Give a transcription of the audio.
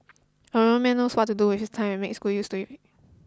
a real man knows what to do with his time and makes good use of it